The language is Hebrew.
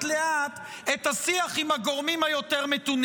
לאט את השיח עם הגורמים המתונים יותר.